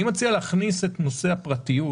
אני מציע להכניס את נושא הפרטיות,